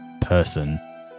person